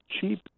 cheap